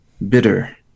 Bitter